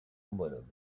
homologues